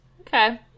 Okay